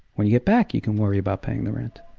when you get back you can worry about paying the rent.